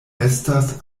estas